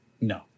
No